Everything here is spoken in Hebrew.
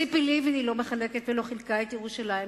וציפי לבני לא מחלקת ולא חילקה את ירושלים,